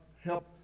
help